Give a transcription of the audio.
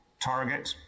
target